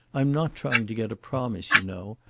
i'm not trying to get a promise, you know.